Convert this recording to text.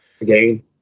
Again